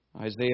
Isaiah